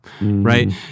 right